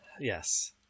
Yes